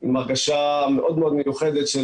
עם הרגשה מיוחדת של